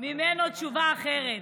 ממנו תשובה אחרת.